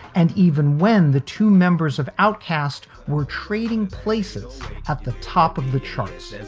and even when the two members of outcast were trading places at the top of the charts.